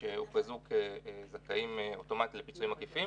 זו אני שאומרת על עצמנו בואו נתנהל באופן שיאפשר להם לממש את האחריות.